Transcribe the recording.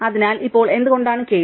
അതിനാൽ ഇപ്പോൾ എന്തുകൊണ്ടാണ് കേസ്